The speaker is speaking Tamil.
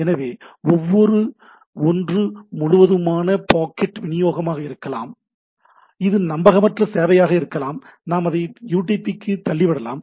எனவே ஒன்று முழுவதுமான பாக்கெட் விநியோகமாக இருக்கலாம் இது நம்பகமற்ற சேவையாக இருக்கலாம் நாம் அதை யுடிபிக்கு தள்ளிவிடலாம்